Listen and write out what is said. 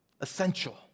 essential